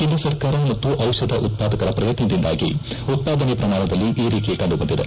ಕೇಂದ್ರ ಸರ್ಕಾರ ಮತ್ತು ಚಿಷಧ ಉತ್ಪಾದಕರ ಪ್ರಯತ್ನದಿಂದಾಗಿ ಉತ್ವಾದನೆ ಪ್ರಮಾಣದಲ್ಲಿ ಏರಿಕೆ ಕಂಡು ಬಂದಿದೆ